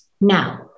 Now